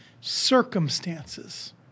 circumstances